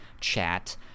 chat